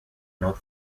not